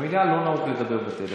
במליאה לא נהוג לדבר בטלפון.